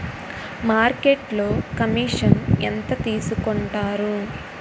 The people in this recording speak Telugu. మార్కెట్లో కమిషన్ ఎంత తీసుకొంటారు?